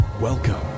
Welcome